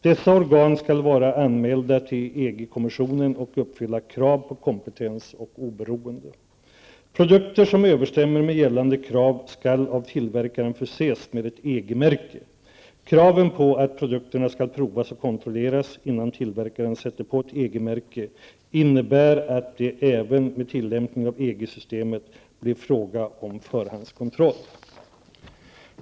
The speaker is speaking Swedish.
Dessa organ skall vara anmälda till EG-kommissionen och uppfylla krav på kompetens och oberoende. Produkter som överensstämmer med gällande krav skall av tillverkaren förses med ett EG-märke. Kraven på att produkterna skall provas och kontrolleras innan tillverkaren sätter på ett EG märke innebär att det även med tillämpning av EG systemet blir fråga om förhandskontroll.